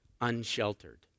unsheltered